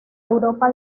europa